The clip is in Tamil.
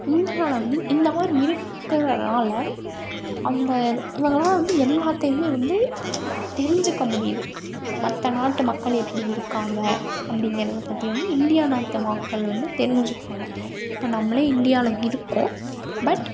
இந்தியாவில் வந்து இந்த மாதிரி இருக்கிறனால அந்த இவங்கலாம் வந்து எல்லாத்தையும் வந்து தெரிஞ்சிக்க முடியுது மற்ற நாட்டு மக்கள் எப்படி இருக்காங்க அப்டிங்கிறதை பற்றி வந்து இந்தியா நாட்டு மக்கள் வந்து தெரிஞ்சிக்கிவாங்க இபபோ நம்மளே இந்தியாவில் இருக்கோம் பட்